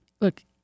Look